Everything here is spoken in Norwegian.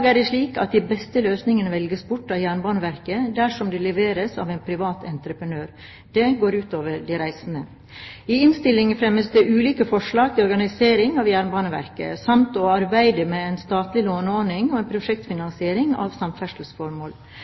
er det slik at de beste løsningene velges bort av Jernbaneverket dersom de leveres av en privat entreprenør. Det går ut over de reisende. I innstillingen fremmes det ulike forslag til organisering av Jernbaneverket, samt å arbeide med en statlig låneordning og en prosjektfinansiering av